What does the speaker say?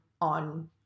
on